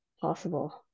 possible